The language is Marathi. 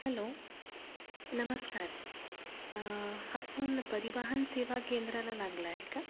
हॅलो नमस्कार हा फोन परिवहन सेवा केंद्राला लागला आहे का